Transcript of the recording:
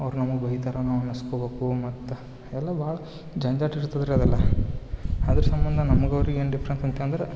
ಅವ್ರು ನಮ್ಗೆ ಬೈತಾರೆ ನಾವು ಅನಿಸ್ಕೋಬೇಕು ಮತ್ತು ಎಲ್ಲ ಬಾಳು ಜಂಜಾಟ ಇರ್ತದೆ ರೀ ಅದೆಲ್ಲ ಅದ್ರ ಸಂಬಂಧ ನಮ್ಗೆ ಅವ್ರಿಗೆ ಏನು ಡಿಫ್ರೆನ್ಸ್ ಅಂತಂದರೆ